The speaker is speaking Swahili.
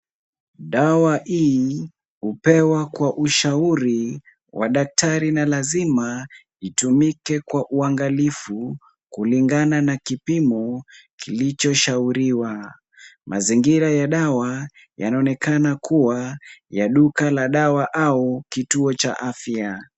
Dawa hii hupewa kwa ushauri wa daktari na lazima itumike kwa uangalifu kulingana na kipimo kilichoshauriwa. Mazingira ya dawa yanaonekana kuwa ya duka la dawa au kituo cha afya.